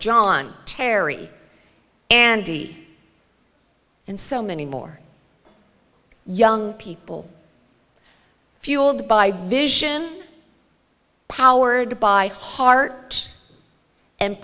john terry andy and so many more young people fueled by vision powered by heart and